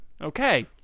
okay